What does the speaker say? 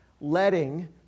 letting